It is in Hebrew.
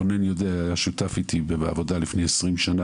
ורונן יודע הוא היה שותף איתי בעבודה לפני 20 שנה,